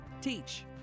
Teach